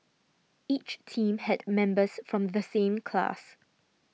each team had members from the same class